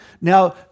Now